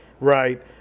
right